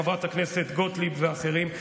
חברת הכנסת גוטליב ואחרים,